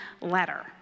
letter